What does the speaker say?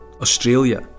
Australia